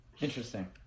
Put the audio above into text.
Interesting